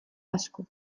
askok